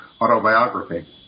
autobiography